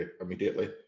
immediately